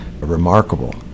remarkable